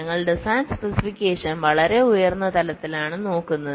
ഞങ്ങൾ design specification വളരെ ഉയർന്ന തലത്തിലാണ് നോക്കുന്നത്